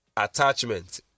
attachment